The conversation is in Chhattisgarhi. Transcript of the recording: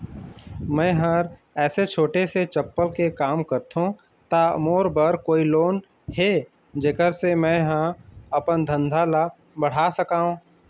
मैं हर ऐसे छोटे से चप्पल के काम करथों ता मोर बर कोई लोन हे जेकर से मैं हा अपन धंधा ला बढ़ा सकाओ?